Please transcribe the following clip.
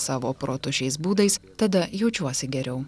savo protu šiais būdais tada jaučiuosi geriau